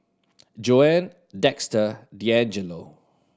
Joanne Dexter Dangelo